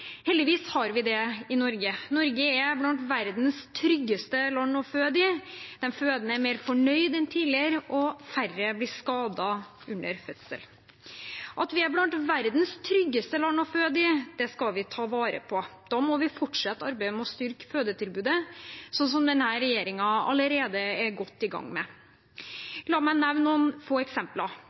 Heldigvis har vi det i Norge. Norge er blant verdens tryggeste land å føde i. De fødende er mer fornøyd enn tidligere, og færre blir skadet under fødsel. At vi er blant verdens tryggeste land å føde i, skal vi ta vare på. Da må vi fortsette arbeidet med å styrke fødetilbudet, noe denne regjeringen allerede er godt i gang med. La meg nevne noen få eksempler: